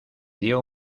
dio